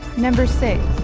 number six